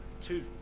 two